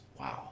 Wow